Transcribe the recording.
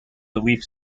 belief